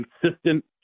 consistent